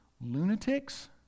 lunatics